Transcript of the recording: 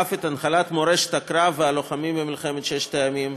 אף את הנחלת מורשת הקרב והלוחמים במלחמת ששת הימים,